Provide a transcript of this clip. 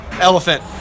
Elephant